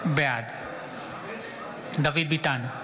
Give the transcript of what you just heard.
בעד דוד ביטן,